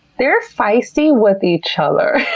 they're feisty with each other.